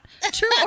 True